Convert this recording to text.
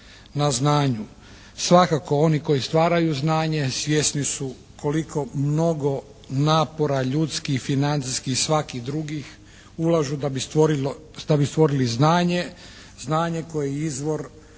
na znanju. Svakako oni koji stvaraju znanje svjesni su koliko mnogo napora ljudskih i financijskih i svakih drugih ulažu da bi stvorili znanje, znanje koje je izvor